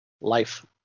Life